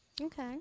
Okay